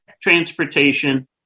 transportation